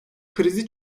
krizi